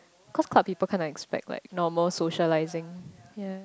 cause club people kinda expect like normal socialising ya